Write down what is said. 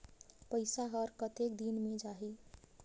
पइसा हर कतेक दिन मे जाही?